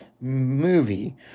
movie